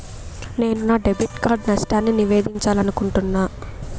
నేను నా debit card నష్టాన్ని నివేదించాలనుకుంటున్నా